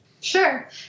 Sure